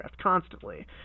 constantly